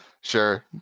sure